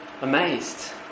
amazed